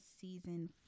season